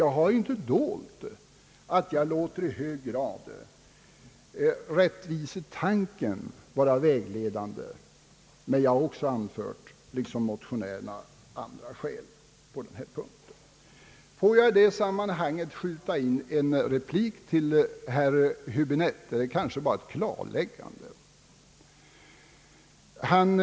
Jag har inte dolt att jag här i hög grad låter rättvisetanken vara vägledande, men jag har också liksom motionärerna anfört andra skäl på denna punkt. Jag vill i detta sammanhang skjuta in en replik — eller kanske bara ett klarläggande — till herr Häöäbinette.